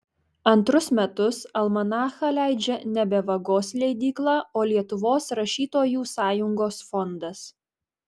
antrus metus almanachą leidžia nebe vagos leidykla o lietuvos rašytojų sąjungos fondas